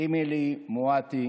ואמילי מואטי